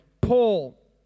Paul